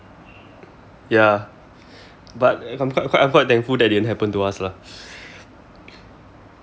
ya but I'm I'm quite thankful that it didn't happen to us lah